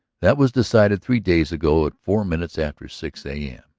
that was decided three days ago at four minutes after six a m.